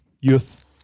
youth